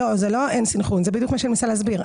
זה לא שאין סנכרון, זה מה שאני מנסה להסביר.